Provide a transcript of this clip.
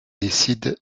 décide